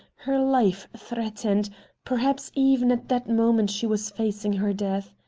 her life threatened perhaps even at that moment she was facing her death.